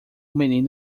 menino